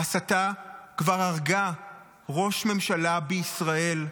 ההסתה כבר הרגה ראש ממשלה בישראל.